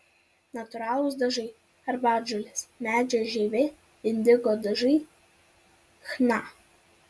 natūralūs dažai arbatžolės medžio žievė indigo dažai chna